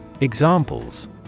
Examples